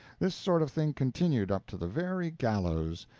this sort of thing continued up to the very gallows,